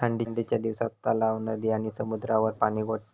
ठंडीच्या दिवसात तलाव, नदी आणि समुद्रावर पाणि गोठता